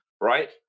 right